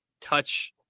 touch